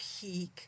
peak